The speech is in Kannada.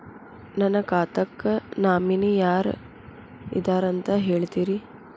ನನ್ನ ಖಾತಾಕ್ಕ ನಾಮಿನಿ ಯಾರ ಇದಾರಂತ ಹೇಳತಿರಿ?